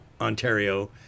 Ontario